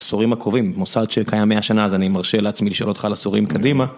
סורים עקובים, מוסד שקיים מאה שנה אז אני מרשה לעצמי לשאול אותך לסורים קדימה